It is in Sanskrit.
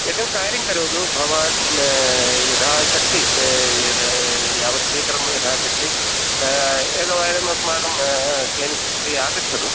एकं कार्यं करोतु भवान् यथा शक्तिः यावत् शीघ्रं यथाशक्तिः एकवारम् अस्माकं क्लिनिक् प्रति आगच्छतु